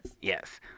Yes